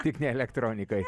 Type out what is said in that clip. tik ne elektronikoj